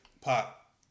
Pop